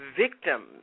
victims